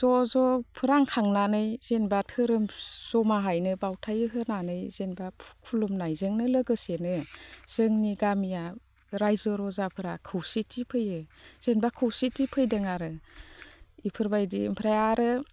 ज' ज' रानखांनानै जेनोबा धोरोम जमाहायनो बावथाय होनानै जेनोबा खुलुमनायजोंनो लोगोसेनो जोंनि गामिया रायजो राजाफ्रा खौसेथि फैयो जेनोबा खौसेथि फैदों आरो इफोरबायदि ओमफ्राय आरो